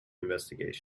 investigations